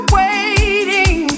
waiting